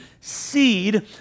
seed